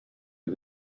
you